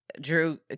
Drew